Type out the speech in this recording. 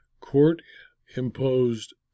Court-imposed